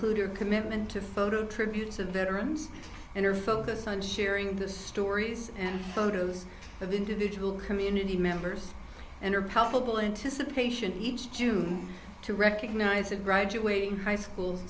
her commitment to photo tributes of veterans and her focus on sharing the stories and photos of individual community members and her powerful anticipation each june to recognize a graduating high school